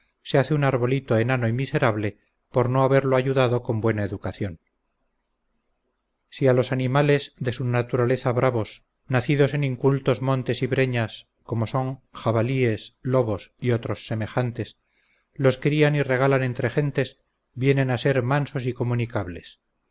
se hace un arbolito enano y miserable por no haberlo ayudado con buena educación si a los animales de su naturaleza bravos nacidos en incultos montes y breñas como son jabalíes lobos y otros semejantes los crían y regalan entre gentes vienen a ser mansos y comunicables